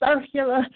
circular